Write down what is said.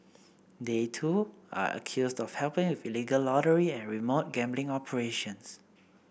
they too are accused of helping with illegal lottery and remote gambling operations